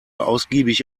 ausgiebig